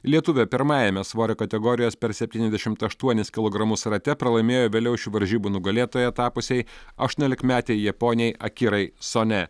lietuvė pirmajame svorio kategorijos per septyniasdešimt aštuonis kilogramus rate pralaimėjo vėliau šių varžybų nugalėtoja tapusiai aštuoniolikmetei japonei akirai sone